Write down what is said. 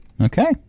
Okay